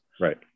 Right